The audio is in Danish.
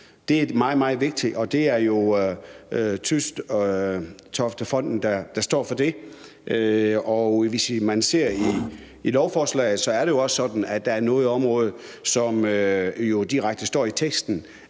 Det er meget, meget vigtigt. Og det er jo TystofteFonden, der står for det. Hvis man læser i lovforslaget – det står i teksten – er det jo også sådan, at der er nogle områder, som man ikke kan uddelegere